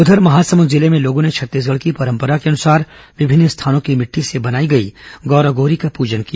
उधर महासमुंद जिले में लोगों ने छत्तीसगढ़ की परंपरा के अनुसार विभिन्न स्थानों की मिट्टी से बनाई गई गौरा गौरी का पूजन किया